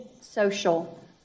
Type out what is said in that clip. social